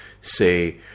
say